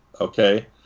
okay